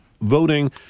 voting